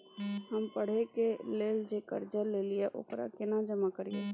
हम पढ़े के लेल जे कर्जा ललिये ओकरा केना जमा करिए?